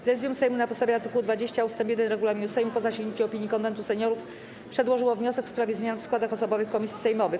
Prezydium Sejmu na podstawie art. 20 ust. 1 regulaminu Sejmu, po zasięgnięciu opinii Konwentu Seniorów, przedłożyło wniosek w sprawie zmian w składach osobowych komisji sejmowych.